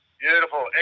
Beautiful